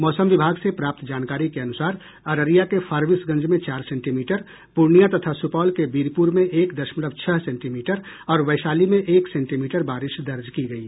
मौसम विभाग से प्राप्त जानकारी के अनुसार अररिया के फारबीसगंज में चार सेंटीमीटर पूर्णियां तथा सुपौल के बीरपुर में एक दशमलव छह सेंटीमीटर और वैशाली में एक सेंटीमीटर बारिश दर्ज की गयी